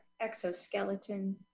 exoskeleton